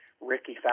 Ricky